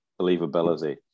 believability